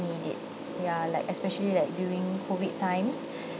need it ya like especially like during COVID times